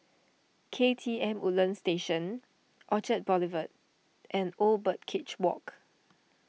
K T M Woodlands Station Orchard Boulevard and Old Birdcage Walk